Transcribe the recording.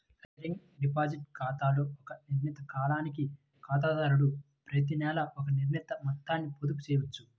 recurring deposit ఖాతాలో ఒక నిర్ణీత కాలానికి ఖాతాదారుడు ప్రతినెలా ఒక నిర్ణీత మొత్తాన్ని పొదుపు చేయవచ్చు